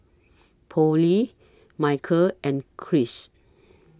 Pollie Michel and Chris